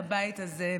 בבית הזה,